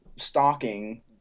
stalking